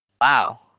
Wow